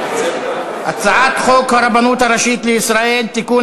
הצעת חוק הרבנות הראשית לישראל (תיקון,